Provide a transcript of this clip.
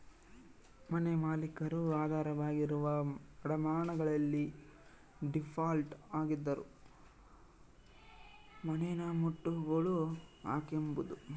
ಮನೆಮಾಲೀಕರು ಆಧಾರವಾಗಿರುವ ಅಡಮಾನಗಳಲ್ಲಿ ಡೀಫಾಲ್ಟ್ ಆಗಿದ್ದರೂ ಮನೆನಮುಟ್ಟುಗೋಲು ಹಾಕ್ಕೆಂಬೋದು